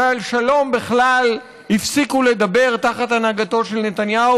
ועל שלום בכלל הפסיקו לדבר תחת הנהגתו של נתניהו,